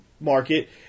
market